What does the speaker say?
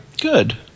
good